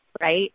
right